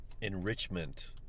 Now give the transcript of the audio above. enrichment